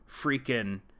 freaking